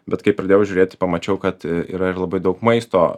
bet kai pradėjau žiūrėti pamačiau kad yra ir labai daug maisto